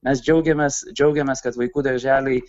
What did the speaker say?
mes džiaugiamės džiaugiamės kad vaikų darželiai